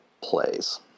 plays